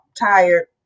Tired